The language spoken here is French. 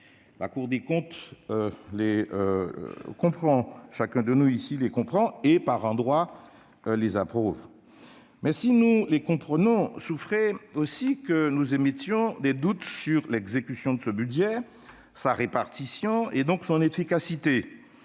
la Cour des comptes les comprend, chacun de nous ici les comprend et, par endroits, les approuve. Mais, si nous les comprenons, souffrez aussi que nous émettions des doutes sur l'exécution de ce budget et sur la répartition de l'effort, donc sur son efficacité.